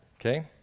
Okay